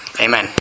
amen